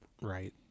right